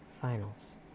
finals